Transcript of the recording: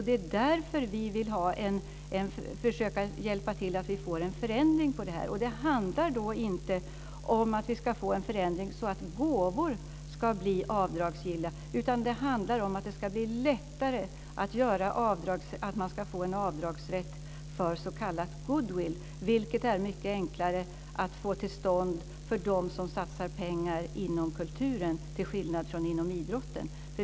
Det är därför vi vill försöka hjälpa till att få en förändring på detta. Det handlar inte om att vi ska få en förändring så att gåvor ska bli avdragsgilla, utan det handlar om att det ska bli lättare att göra avdrag, att man ska få avdragsrätt för s.k. goodwill. Det är mycket enklare att få till stånd för dem som satsar pengar inom kulturen än vad gäller idrotten.